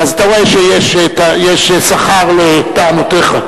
אז אתה רואה שיש שכר לטענותיך.